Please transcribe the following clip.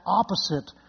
opposite